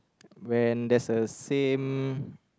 when there's a same